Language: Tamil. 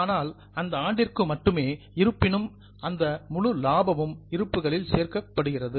ஆனால் அது அந்த ஆண்டிற்கு மட்டுமே இருப்பினும் அந்த முழு லாபமும் இருப்புகளில் சேர்க்கப்படுகிறது